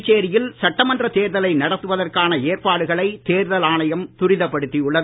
புதுச்சேரியில் சட்டமன்றத் தேர்தலை நடத்துவதற்கான ஏற்பாடுகளை தேர்தல் ஆணையம் துரிதப்படுத்தியுள்ளது